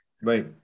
Right